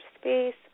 space